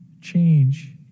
Change